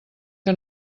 que